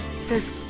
says